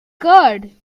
curd